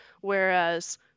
whereas